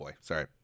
Sorry